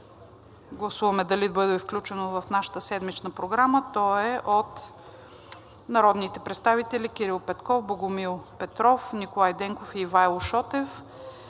гласуваме дали да бъде включено в нашата седмична програма. То е от народните представители Кирил Петков, Богомил Петков, Николай Денков и Ивайло Шотев.